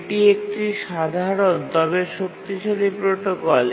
এটি একটি সাধারণ তবে শক্তিশালী প্রোটোকল